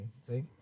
see